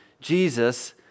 Jesus